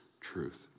truth